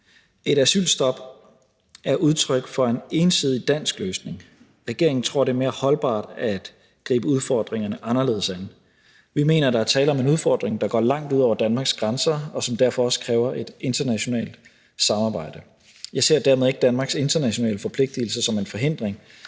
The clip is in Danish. Et asylstop er udtryk for en ensidig dansk løsning. Regeringen tror, det er mere holdbart at gribe udfordringerne anderledes an. Vi mener, der er tale om en udfordring, der går langt ud over Danmarks grænser, og som derfor også kræver et internationalt samarbejde. Jeg ser dermed ikke Danmarks internationale forpligtigelser som en forhindring,